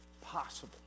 possible